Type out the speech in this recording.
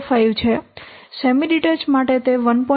05 છે semi detached માટે તે 1